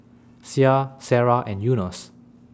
Syah Sarah and Yunos